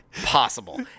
possible